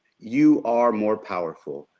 you are more powerful.